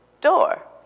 door